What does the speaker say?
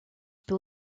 peut